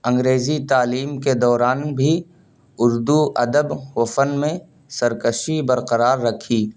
انگریزی تعلیم کے دوران بھی اردو ادب و فن میں سرکشی برقرار رکھی